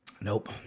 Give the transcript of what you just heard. Nope